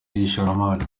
y’ishoramari